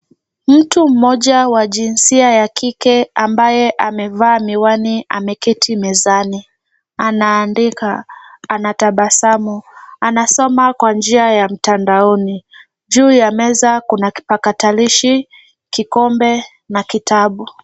Mtu mmoja wa jinsia ya kike ambaye amevaa miwani ameketi mezani. Anaandika, anatabasamu, anasoma kwa njia ya mtandaoni. Juu ya meza kuna kipakatalishi, kikombe na kitabu.